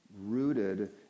rooted